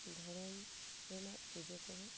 ᱫᱷᱚᱨᱚᱢ ᱨᱮᱱᱟᱜ ᱯᱩᱡᱟᱹ ᱠᱚᱦᱚ